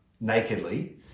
nakedly